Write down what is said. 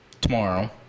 tomorrow